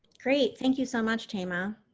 great. thank you so much, thema.